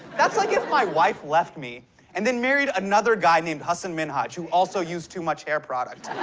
that's like if my wife left me and then married another guy named hasan minhaj who also used too much hair product.